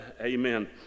amen